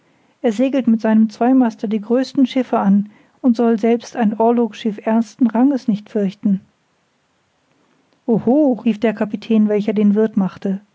er segelt mit seinem zweimaster die größten schiffe an und soll selbst ein orlogschiff ersten ranges nicht fürchten oho rief der kapitän welcher den wirth machte